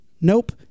Nope